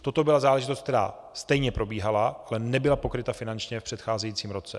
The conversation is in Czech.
Toto byla záležitost, která stejně probíhala, ale nebyla pokryta finančně v předcházejícím roce.